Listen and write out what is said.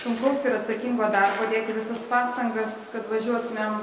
sunkaus ir atsakingo darbo dėti visas pastangas kad važiuotumėm